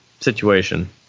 situation